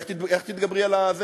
איך תתגברי על זה?